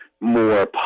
more